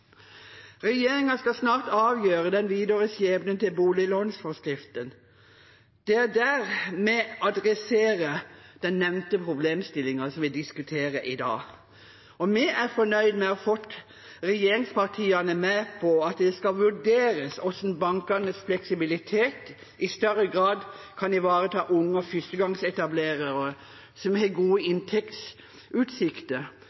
skal snart avgjøre den videre skjebnen til boliglånsforskriften. Det er der vi adresserer den nevnte problemstillingen som vi diskuterer i dag. Vi er fornøyd med å ha fått regjeringspartiene med på at det skal vurderes hvordan bankenes fleksibilitet i større grad kan ivareta unge og førstegangsetablerere som har gode